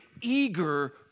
eager